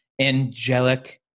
angelic